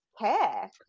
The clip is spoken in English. Care